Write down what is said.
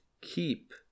keep